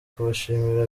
kubashimira